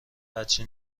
هرچی